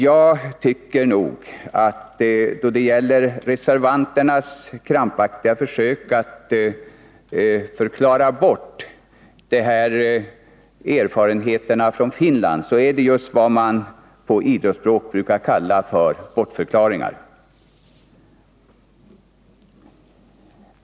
Jag tycker att reservanternas krampaktiga försök att förklara bort erfarenheterna från Finland är just vad man på idrottsspråk brukar kalla för bortförklaringar.